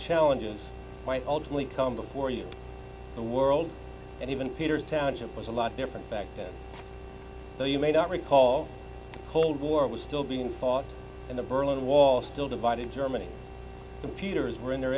challenges might ultimately come before you the world and even peter's township was a lot different back then though you may not recall cold war was still being fought in the berlin wall still divided germany computers were in their